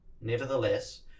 Nevertheless